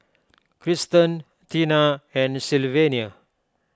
Cristen Teena and Sylvania